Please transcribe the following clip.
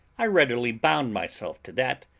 i readily bound myself to that,